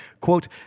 Quote